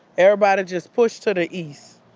everybody just pushed to the east.